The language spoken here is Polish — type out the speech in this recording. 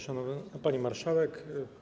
Szanowna Pani Marszałek!